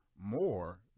more